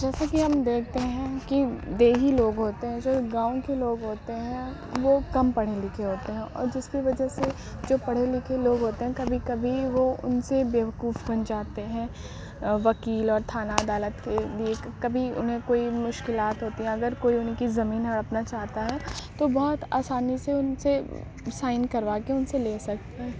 جیسا کہ ہم دیکھتے ہیں کہ دیہی لوگ ہوتے ہیں جو گاؤں کے لوگ ہوتے ہیں وہ کم پڑھے لکھے ہوتے ہیں اور جس کی وجہ سے جو پڑھے لکھے لوگ ہوتے ہیں کبھی کبھی وہ ان سے بیوقوف بن جاتے ہیں وکیل اور تھانہ عدالت کے بیچ کبھی انہیں کوئی مشکلات ہوتی ہیں اگر کوئی ان کی زمین ہڑپنا چاہتا ہے تو بہت آسانی سے ان سے سائن کروا کے ان سے لے سکتے